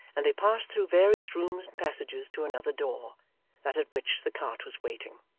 and they passed through various rooms and passages to another door that at which the cart was waiting.